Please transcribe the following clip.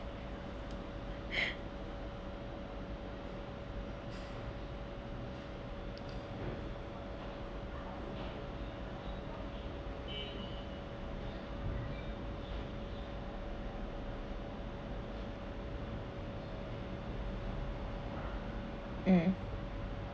um